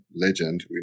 legend